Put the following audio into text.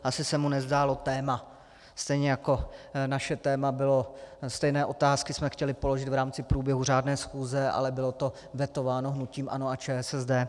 Asi se mu nezdálo téma, stejně jako naše téma stejné otázky jsme chtěli položit v rámci průběhu řádné schůze, ale bylo to vetováno hnutím ANO a ČSSD.